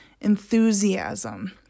enthusiasm